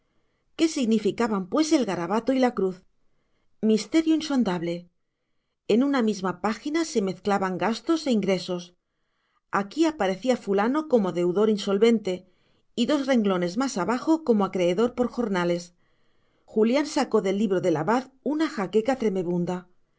qué significaban pues el garabato y la cruz misterio insondable en una misma página se mezclaban gastos e ingresos aquí aparecía fulano como deudor insolvente y dos renglones más abajo como acreedor por jornales julián sacó del libro del abad una jaqueca tremebunda